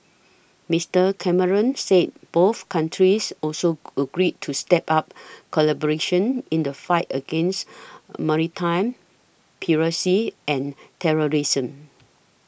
Mister Cameron said both countries also agreed to step up collaboration in the fight against maritime piracy and terrorism